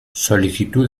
solicitud